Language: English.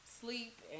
sleep